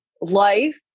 life